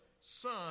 Son